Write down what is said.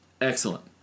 excellent